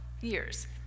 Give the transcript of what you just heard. years